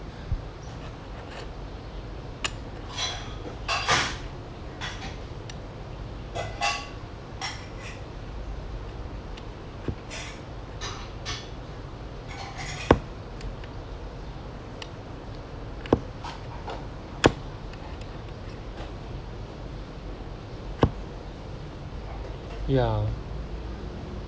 ya